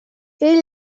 ell